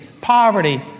poverty